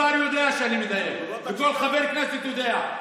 וכל שר יודע שאני מדייק וכל חבר כנסת יודע.